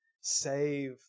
save